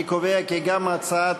אני קובע כי גם הצעת